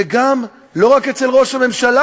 וגם לא רק אצל ראש הממשלה,